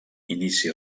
inici